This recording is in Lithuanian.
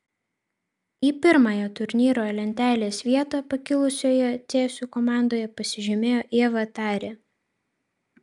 į pirmąją turnyro lentelės vietą pakilusioje cėsių komandoje pasižymėjo ieva tarė